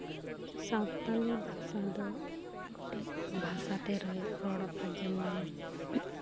ᱥᱟᱱᱛᱟᱲᱤ ᱵᱷᱟᱥᱟ ᱫᱚ ᱟᱭᱢᱟ ᱜᱚᱴᱮᱡ ᱵᱷᱟᱥᱟ ᱛᱮ ᱨᱚᱲᱚᱜᱼᱟ ᱡᱮᱢᱚᱱ